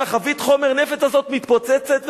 כשחבית חומר הנפץ הזאת מתפוצצת,